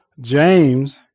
James